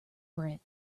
bread